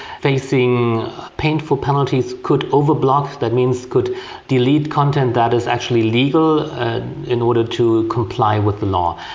facing painful penalties, could over-block, that means could delete content that is actually legal in order to comply with the law.